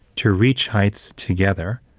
to reach heights together,